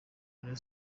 rayon